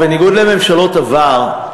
לממשלות עבר,